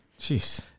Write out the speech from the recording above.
jeez